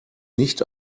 nicht